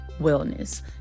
wellness